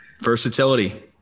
Versatility